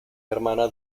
hermana